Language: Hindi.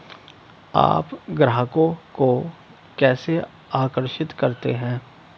आप ग्राहकों को कैसे आकर्षित करते हैं?